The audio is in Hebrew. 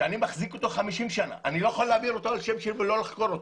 שאני מחזיק 50 שנה אני לא יכול להעביר על שמי ולא לחכור אותו.